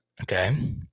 okay